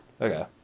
okay